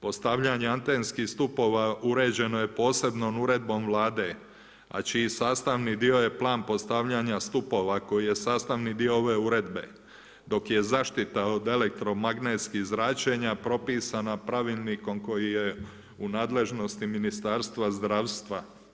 Postavljanje atenskih stupova uređeno je posebnom uredbom Vlade, a čiji sastavni dio je plan postavljanja stupova koji je sastavni dio ove uredbe, dok je zaštita od elektromagnetskih zračenja propisana pravilnikom koji je u nadležnosti Ministarstva zdravstva.